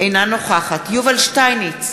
אינה נוכחת יובל שטייניץ,